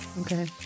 okay